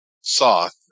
Soth